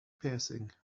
piercing